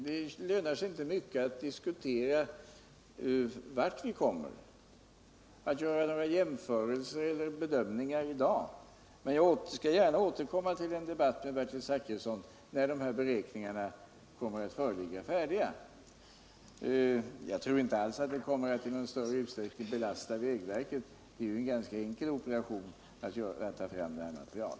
Det lönar sig inte mycket att diskutera vart vi kommer eller att göra några jämförelser eller bedömningar i dag. Men jag skall gärna återkomma till en debatt med Bertil Zachrisson när denna beräkning föreligger färdig. Jag tror inte alls att det kommer att i någon större utsträckning belasta vägverket. Det är en enkel operation att ta fram detta material.